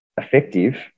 effective